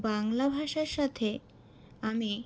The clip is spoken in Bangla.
বাংলা ভাষার সাথে আমি